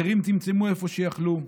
אחרים צמצמו איפה שיכלו.